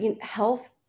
health